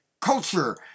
Culture